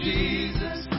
Jesus